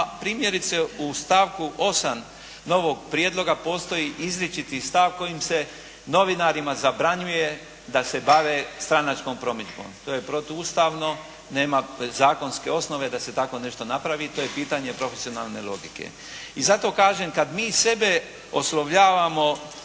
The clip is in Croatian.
primjerice u stavku 8. novog prijedloga postoji izričiti stav kojim se novinarima zabranjuje da se bave stranačkom promidžbom. To je protuustavno, nema zakonske osnove da se tako nešto napravi i to je pitanje profesionalne logike. I zato kažem kad mi sebe oslovljavamo